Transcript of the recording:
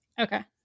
Okay